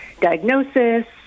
diagnosis